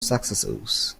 successors